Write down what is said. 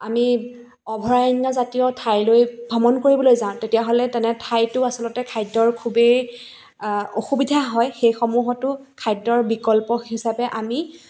আমি অভয়াৰণ্য জাতীয় ঠাইলৈ ভ্ৰমণ কৰিবলৈ যাওঁ তেতিয়াহ'লে তেনে ঠাইতো আচলতে খাদ্যৰ খুবেই অসুবিধা হয় সেইসমূহতো খাদ্যৰ বিকল্প হিচাপে আমি